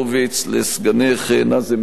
לסגנך נאזם בדר,